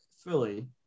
Philly